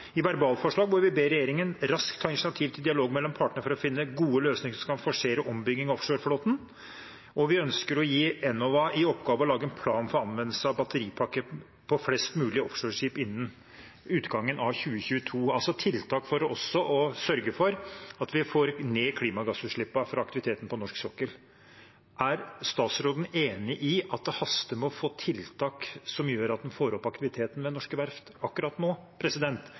i et verbalforslag at vi ber regjeringen raskt ta initiativ til dialog mellom partene for å finne gode løsninger som kan forsere ombygging av offshoreflåten, og vi ønsker å gi Enova i oppgave å lage en plan for anvendelse av batteripakke på flest mulige offshoreskip innen utgangen av 2022 – altså tiltak for også å sørge for at vi får ned klimagassutslippene fra aktiviteten på norsk sokkel. Er statsråden enig i at det haster med å få tiltak som gjør at en får opp aktiviteten ved norske verft akkurat nå